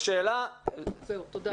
תודה.